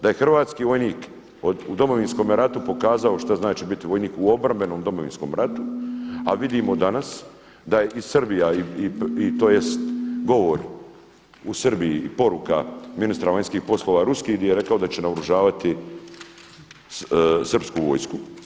Da je hrvatski vojnik u Domovinskome ratu pokazao što znači biti vojnik u obrambenom domovinskom ratu, a vidimo danas da je i Srbija i to jest govor u Srbiji i poruka ministra vanjskih poslova ruski gdje je rekao da će naoružavati srpsku vojsku.